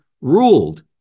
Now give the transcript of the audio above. ruled